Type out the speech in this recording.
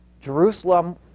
Jerusalem